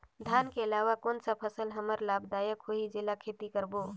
धान के अलावा कौन फसल हमर बर लाभदायक होही जेला खेती करबो?